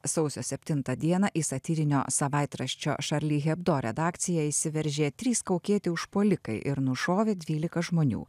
sausio septintą dieną į satyrinio savaitraščio šarli hebdo redakciją įsiveržė trys kaukėti užpuolikai ir nušovė dvylika žmonių